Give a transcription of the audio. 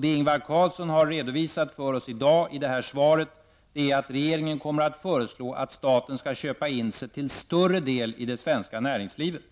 Det Ingvar Carlsson redovisat för oss i dag i sitt svar är att regeringen kommer att föreslå att staten skall köpa in sig till större del i det svenska näringslivet.